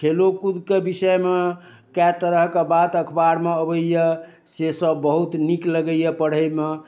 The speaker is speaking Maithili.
खेलो कूद के बिषय मे कए तरहक बात अखबार मे अबैया से सब बहुत नीक लगैया पढ़ै मे